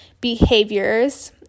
behaviors